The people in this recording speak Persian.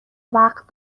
وقت